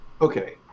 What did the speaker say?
okay